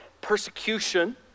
persecution